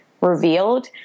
revealed